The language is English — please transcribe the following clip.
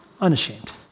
Unashamed